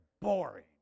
boring